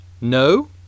No